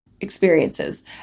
experiences